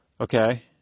okay